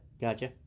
Gotcha